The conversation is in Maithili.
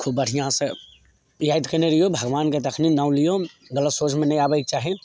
खूब बढ़िआँसे यादि कएनै रहिऔ भगवानके तखने नाम लिऔन गलत सोचमे नहि आबैके चाही